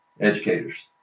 educators